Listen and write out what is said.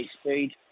speed